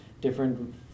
different